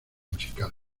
musical